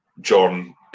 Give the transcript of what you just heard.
John